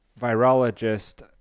virologist